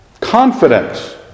Confidence